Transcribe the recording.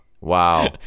wow